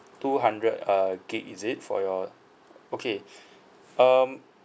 two hundred uh gig is it for your okay um